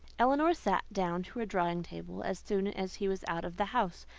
elinor sat down to her drawing-table as soon as he was out of the house,